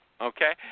okay